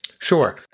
Sure